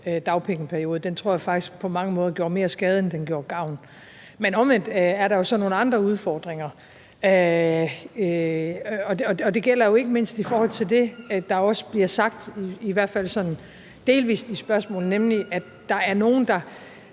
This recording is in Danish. dagpengeperiode. Den tror jeg faktisk på mange måder gjorde mere skade, end den gjorde gavn. Men omvendt er der jo så nogle andre udfordringer, og det gælder jo ikke mindst i forhold til det, der også bliver sagt, i hvert fald sådan delvis i spørgsmålet, nemlig at der er nogen, der